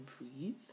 breathe